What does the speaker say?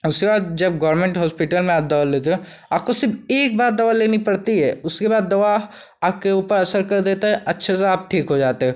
उसके बाद जब गोरमेंट होस्पिटल में आप दवा लेते हो आपको सिर्फ एक बार दवा लेनी पड़ती है उसके बाद दवा आपके ऊपर असर कर देती है अच्छे से आप ठीक हो जाते हो